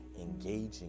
engaging